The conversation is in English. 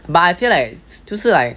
but I feel like 就是 like